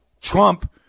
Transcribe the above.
Trump